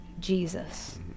Jesus